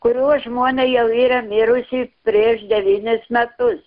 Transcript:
kurio žmona jau yra mirusi prieš devynis metus